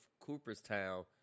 Cooperstown